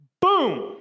Boom